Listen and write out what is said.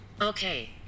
Okay